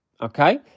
Okay